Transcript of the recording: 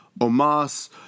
omas